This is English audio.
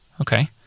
Okay